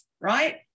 right